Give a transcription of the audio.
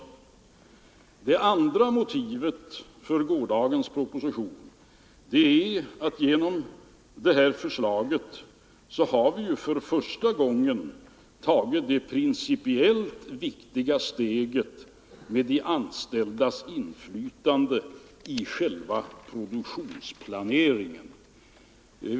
Det andra motivet för gårdagens proposition är att genom det här förslaget har vi tagit det principiellt viktiga andra steget med de anställdas inflytande på själva produktionsplaneringen.